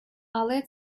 але